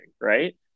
right